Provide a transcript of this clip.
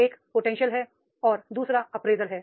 एक पोटेंशियल है दू सरा अप्रेजल है